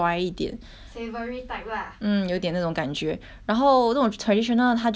mm 有一点那种感觉然后那种 traditional 他就是比较甜 mah actually